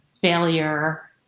failure